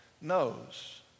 knows